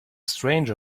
stranger